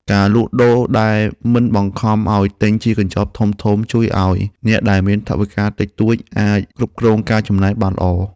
ការលក់ដូរដែលមិនបង្ខំឱ្យទិញជាកញ្ចប់ធំៗជួយឱ្យអ្នកដែលមានថវិកាតិចតួចអាចគ្រប់គ្រងការចំណាយបានល្អ។